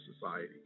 society